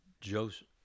Joseph